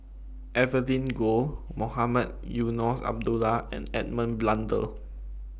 Evelyn Goh Mohamed Eunos Abdullah and Edmund Blundell